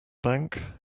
bank